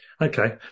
okay